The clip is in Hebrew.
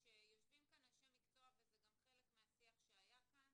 שיושבים כאן אנשי מקצוע וזה גם חלק מהשיח שהיה כאן,